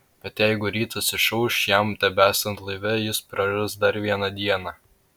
bet jeigu rytas išauš jam tebesant laive jis praras dar vieną dieną